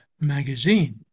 magazine